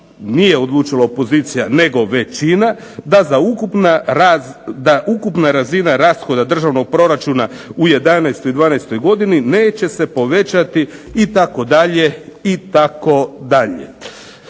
nije odlučila opozicija nego većina, "da ukupna razina rashoda državnog proračuna u '11. i '12. godini neće se povećati" itd., itd.